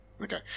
Okay